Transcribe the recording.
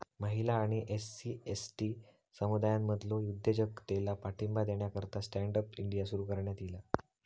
महिला आणि SC, ST समुदायांमधलो उद्योजकतेला पाठिंबा देण्याकरता स्टँड अप इंडिया सुरू करण्यात ईला